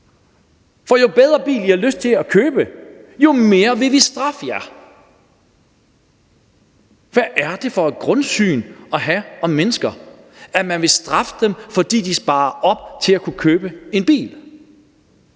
for jo bedre bil I har lyst til at købe, jo mere vil vi straffe jer. Hvad er det for et grundsyn at have om mennesker: at man vil straffe dem, fordi de sparer op til at kunne købe en bil?